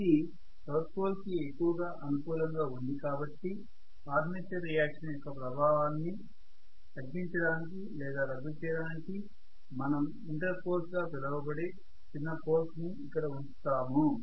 ఇది south pole కి ఎక్కువ గా అనుకూలంగా ఉంది కాబట్టి ఆర్మేచర్ రియాక్షన్ యొక్క ప్రభావాన్ని తగ్గించడానికి లేదా రద్దు చేయడానికి మనం ఇంటర్ పోల్స్ గా పిలవబడే చిన్న పోల్స్ ని ఇక్కడ ఉంచుతాము